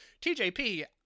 TJP